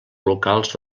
locals